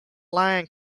line